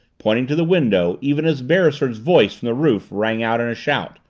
pointing to the window, even as beresford's voice from the roof rang out in a shout.